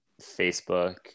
Facebook